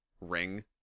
ring